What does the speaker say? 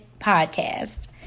podcast